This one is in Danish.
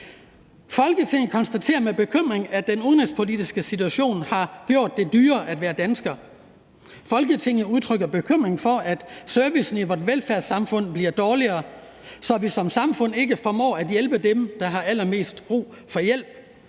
»Folketinget konstaterer med bekymring, at den udenrigspolitiske situation har gjort det dyrere at være dansker. Folketinget udtrykker bekymring for, at servicen i vort velfærdssamfund bliver dårligere, så vi som samfund ikke formår at hjælpe dem, der har allermest brug for hjælp